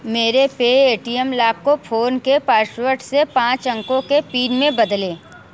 मेरे Paytm lock को phone के पासवर्ड से पाँच अंकों के पिन में बदलें